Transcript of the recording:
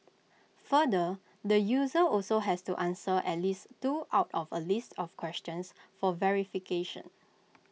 further the user also has to answer at least two out of A list of questions for verification